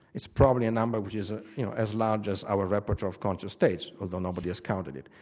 it's probably a number which is ah you know as large as our repertoire of conscious states, although nobody has counted it.